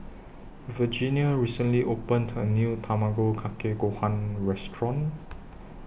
Virginia recently opened A New Tamago Kake Gohan Restaurant